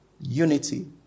unity